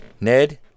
Ned